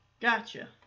gotcha